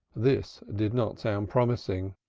this did not sound promising.